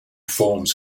forms